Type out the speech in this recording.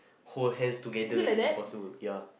hold hands together is impossible ya